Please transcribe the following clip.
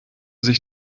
sich